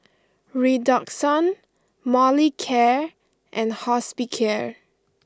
Redoxon Molicare and Hospicare